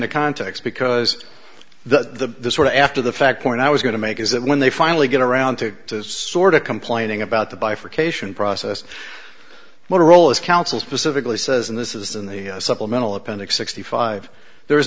the context because the sort of after the fact point i was going to make is that when they finally get around to this sort of complaining about the bifurcation process motorola's counsel specifically says and this is in the supplemental appendix sixty five there is